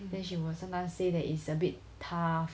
then she will sometimes say that it's a bit tough